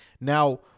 Now